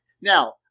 Now